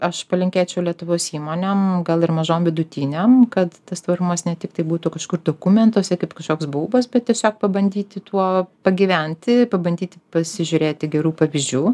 aš palinkėčiau lietuvos įmonėm gal ir mažom vidutinėm kad tas tvarumas ne tiktai būtų kažkur dokumentuose kaip kažkoks baubas bet tiesiog pabandyti tuo pagyventi pabandyti pasižiūrėti gerų pavyzdžių